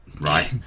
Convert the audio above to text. right